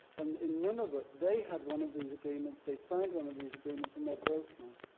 and in nunavut they had one of these agreements. they signed one of these agreements. and they're broke now.